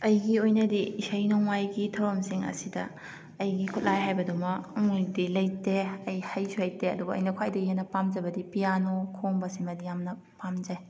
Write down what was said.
ꯑꯩꯒꯤ ꯑꯣꯏꯅꯗꯤ ꯏꯁꯩ ꯅꯣꯡꯃꯥꯏꯒꯤ ꯊꯧꯔꯝꯁꯤꯡ ꯑꯁꯤꯗ ꯑꯩꯒꯤ ꯈꯨꯠꯂꯥꯏ ꯍꯥꯏꯕꯗꯨꯃ ꯂꯩꯇꯦ ꯑꯩ ꯍꯩꯁꯨ ꯍꯩꯇꯦ ꯑꯗꯨꯒ ꯑꯩꯅ ꯈ꯭ꯋꯥꯏꯗꯒꯤ ꯍꯦꯟꯅ ꯄꯥꯝꯖꯕꯗꯤ ꯄꯤꯌꯥꯅꯣ ꯈꯣꯡꯕꯁꯤꯃꯗꯤ ꯌꯥꯝꯅ ꯄꯥꯝꯖꯩ